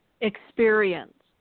experience